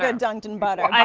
um dunked in butter,